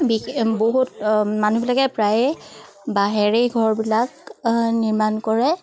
বিশেষ বহুত মানুহবিলাকে প্ৰায়ে বাঁহেৰে ঘৰবিলাক নিৰ্মাণ কৰে